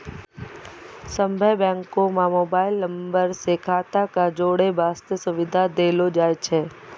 सभ्भे बैंको म मोबाइल नम्बर से खाता क जोड़ै बास्ते सुविधा देलो जाय छै